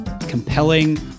compelling